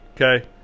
Okay